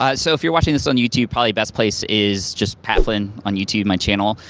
ah so if you're watching this on youtube, probably best place is just pat flynn on youtube, my channel.